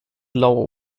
lower